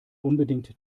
unbedingt